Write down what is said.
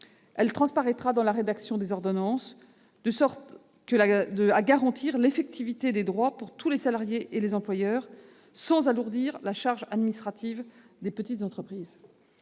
Elle transparaîtra dans la rédaction des ordonnances afin de garantir l'effectivité des droits pour tous les salariés et les employeurs, sans alourdir la charge administrative des entreprises.